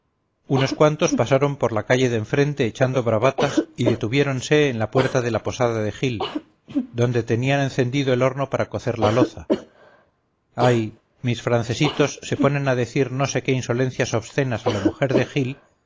unos cuantos pasaron por la calle de enfrente echando bravatas y detuviéronse en la puerta de la posada de gil donde tenían encendido el horno para cocer la loza ay mis francesitos se ponen a decir no sé qué insolencias obscenas a la mujer de gil